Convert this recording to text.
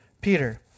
Peter